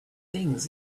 things